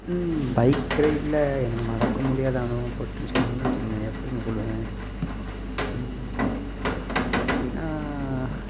ம் பைக் ரைட்டில் எனக்கு மறக்க முடியாத அனுபவம் பற்றி சொல்ணுன்னா வச்சிங்க எப்படி நான் சொல்லுவேன் எப்படின்னா